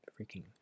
freaking